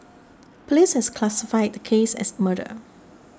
police has classified the case as murder